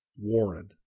Warren